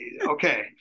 okay